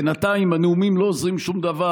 בינתיים הנאומים לא עוזרים שום דבר.